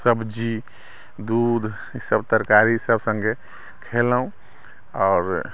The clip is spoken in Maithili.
सब्जी दूध ईसभ तरकारीसभ सङ्गे खेलहुँ आओर